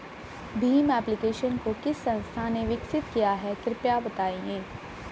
Bhim application को किस संस्था ने विकसित किया है कृपया बताइए?